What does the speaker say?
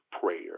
prayer